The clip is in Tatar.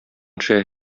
төшә